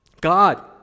God